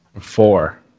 Four